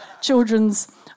children's